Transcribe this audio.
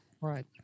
Right